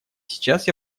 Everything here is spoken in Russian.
сейчас